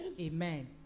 Amen